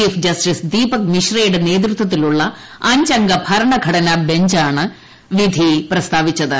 chief justice Deepak മിശ്രയുടെ നേതൃത്വത്തിലുള്ള അഞ്ചംഗ ഭരണഘടനാ ബഞ്ചാണ് വിധി പ്രസ്താവിച്ചത്